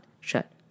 shut